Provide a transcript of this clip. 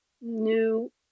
new